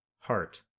heart